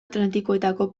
atlantikoetako